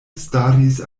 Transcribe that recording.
staris